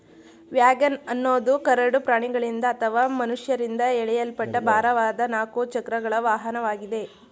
wagon ಅನ್ನೋದು ಕರಡು ಪ್ರಾಣಿಗಳಿಂದ ಅಥವಾ ಮನುಷ್ಯರಿಂದ ಎಳೆಯಲ್ಪಟ್ಟ ಭಾರವಾದ ನಾಲ್ಕು ಚಕ್ರಗಳ ವಾಹನವಾಗಿದೆ